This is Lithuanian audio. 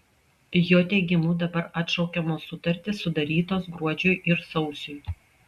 jo teigimu dabar atšaukiamos sutartys sudarytos gruodžiui ir sausiui